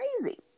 crazy